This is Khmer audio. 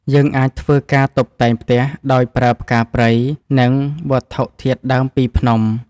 យើងអាចធ្វើការតុបតែងផ្ទះដោយប្រើផ្កាព្រៃ និងវត្ថុធាតុដើមពីភ្នំ។